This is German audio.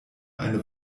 eine